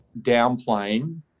downplaying